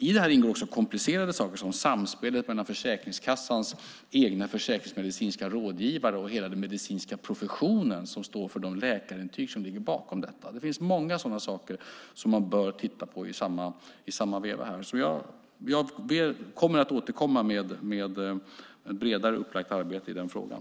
I detta ingår komplicerade saker som samspelet mellan Försäkringskassans egna försäkringsmedicinska rådgivare och hela den medicinska profession som står för de läkarintyg som ligger bakom detta. Det finns mycket som man bör titta på. Jag återkommer med ett bredare upplagt arbete i frågan.